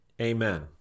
Amen